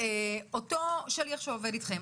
אותו שליח שעובד איתכם,